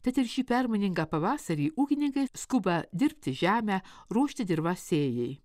tad ir šį permainingą pavasarį ūkininkai skuba dirbti žemę ruošti dirvą sėjai